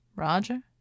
Roger